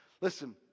listen